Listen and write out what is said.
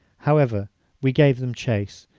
however we gave them chase,